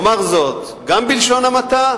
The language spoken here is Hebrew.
ואומר זאת גם בלשון המעטה,